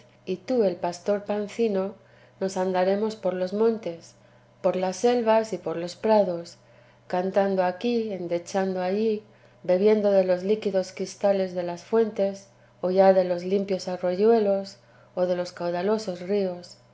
y tú el pastor pancino nos andaremos por los montes por las selvas y por los prados cantando aquí endechando allí bebiendo de los líquidos cristales de las fuentes o ya de los limpios arroyuelos o de los caudalosos ríos